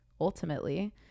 ultimately